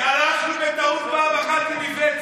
כי הלכנו בטעות פעם אחת עם איווט.